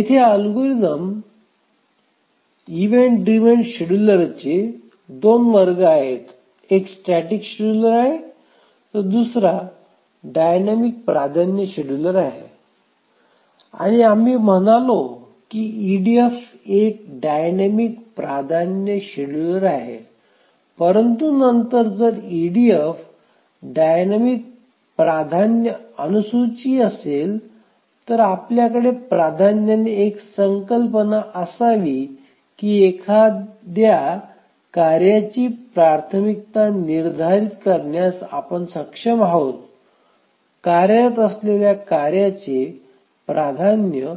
येथे algorithm event driven शेड्यूलरचे 2 वर्ग आहेत एक स्टॅटिक शेड्युलर आहे तर दुसरा डायनॅमिक प्राधान्य शेड्युलर आहे आणि आम्ही म्हणालो की ईडीएफ एक डायनॅमिक प्राधान्य शेड्युलर आहे परंतु नंतर जर ईडीएफ डायनामिक प्राधान्य अनुसूची असेल तर आमच्याकडे प्राधान्याने एक संकल्पना असावी की एखाद्या कार्याची प्राथमिकता निर्धारित करण्यास आपण सक्षम आहोत कार्यरत असलेल्या कार्याचे प्राधान्य